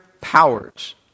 powers